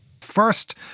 First